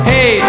Hey